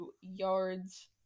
yards